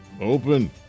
open